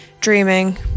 dreaming